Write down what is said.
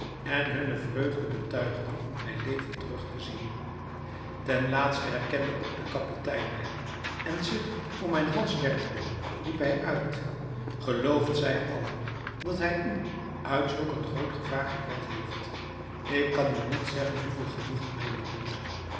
en hunne vreugde betuigden mij levend terug te zien ten laatste herkende ook de kapitein mij en zich om mijn hals werpende riep hij uit geloofd zij allah dat hij u uit zulk een groot gevaar gered heeft ik kan u niet zeggen hoeveel genoegen mij dit doet